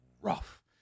rough